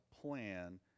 plan